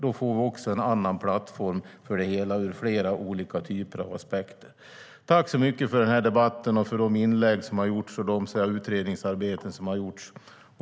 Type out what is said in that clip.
Då får vi också en annan plattform för det hela. Tack så mycket för den här debatten och för de inlägg och utredningsarbeten som har gjorts!